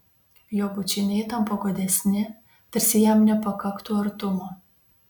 jo bučiniai tampa godesni tarsi jam nepakaktų artumo